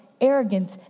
Arrogance